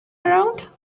around